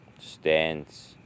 stands